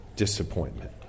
disappointment